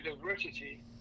diversity